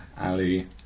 Ali